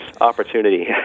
opportunity